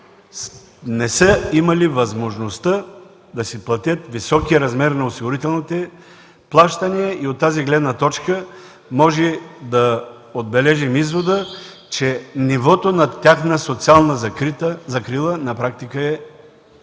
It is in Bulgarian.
не са имали възможността да си платят високия размер на осигурителните плащания и от тази гледна точка може да отбележим извода, че нивото на тяхната социална закрила на практика е ликвидирано,